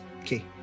Okay